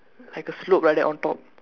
like a slope like that on top